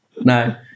No